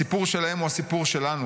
הסיפור שלהם הוא הסיפור שלנו.